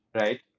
right